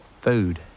Food